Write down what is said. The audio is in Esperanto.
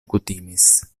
kutimis